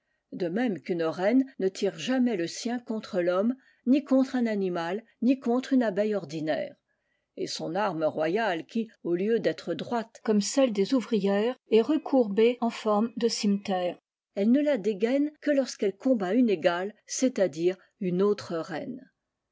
de même qu'une reine ne tire jamais le sien contre thomme ni contre un animal ni contre une abeille ordinaire et son arme royale qui au lieu d'être droite comme celle des ouvrières est recourbée en forme de cimeterre elle ne la dégaine que lorsqu'elle combat une égale c'est-à-dire une autre reine